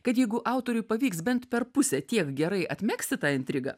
kad jeigu autoriui pavyks bent per pusę tiek gerai atmegzti tą intrigą